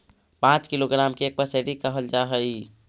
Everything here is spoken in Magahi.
पांच किलोग्राम के एक पसेरी कहल जा हई